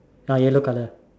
ah yellow colour